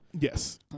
Yes